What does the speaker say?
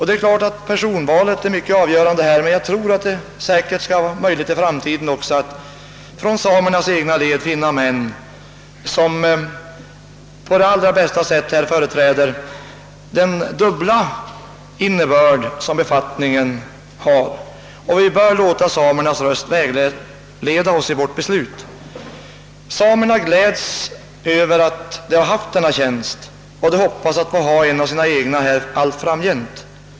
Det är klart att personvalet är i hög grad avgörande i detta fall, men jag tror att det skall bli möjligt även i framtiden att ur samernas egna led finna män som på allra bästa sätt kan företräda den dubbla innebörd som befattningen har, och vi bör låta samernas röst vägleda oss i vårt beslut. Samerna har glatts åt denna tjänst och de hoppas att få ha en av sina egna allt framgent.